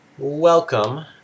Welcome